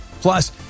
Plus